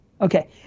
Okay